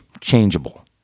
changeable